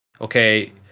okay